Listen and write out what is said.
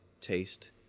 taste